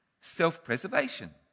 self-preservation